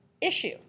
issue